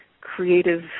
creative